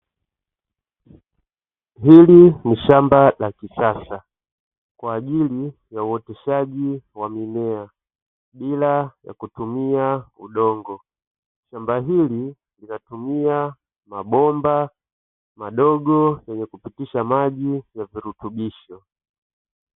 Hili ni shamba la kisasa kwaajili ya uoteshaji wa mimea bila ya kutumia udongo, shamba hili linatumia mabomba madogo yenye kupitisha maji ya virutubisho.